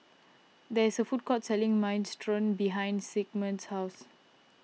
there is a food court selling Minestrone behind Sigmund's house